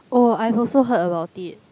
oh I've also heard about it